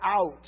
out